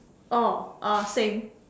oh uh same